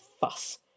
fuss